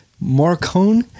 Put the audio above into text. Marcone